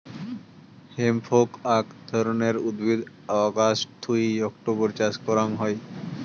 hemp হউক আক ধরণের উদ্ভিদ অগাস্ট থুই অক্টোবরের চাষ করাং হই